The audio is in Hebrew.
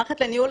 מערכת לניהול